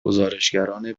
گزارشگران